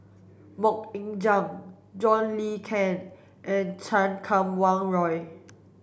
Mok Ying Jang John Le Cain and Chan Kum Wah Roy